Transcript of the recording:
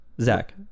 Zach